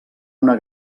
una